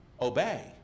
obey